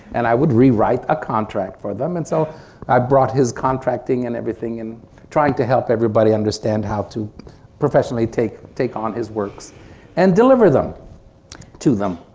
and i would rewrite a contract for them and so i brought his contracting and everything and trying to help everybody understand how to professionally take take on his works and deliver them to them.